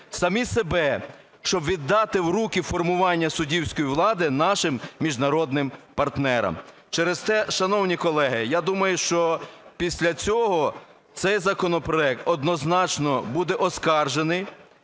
самі себе, щоб віддати в руки формування суддівської влади нашим міжнародним партнерам. Через те, шановні колеги, я думаю, що після цього цей законопроект однозначно буде оскаржений,